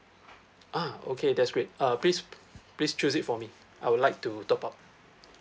ah okay that's great uh please please choose it for me I would like to top up